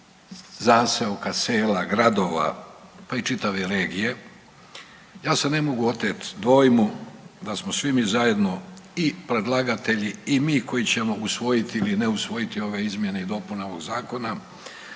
zaseoka, sela, gradova, pa i čitave regije ja se ne mogu oteti dojmu da smo svi mi zajedno i predlagatelji i mi koji ćemo usvojiti ili ne usvojiti ove izmjene i dopune ovoga Zakona